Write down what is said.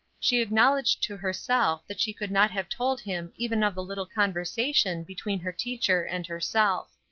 she acknowledged to herself that she could not have told him even of the little conversation between her teacher and herself.